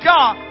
God